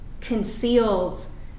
conceals